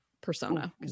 persona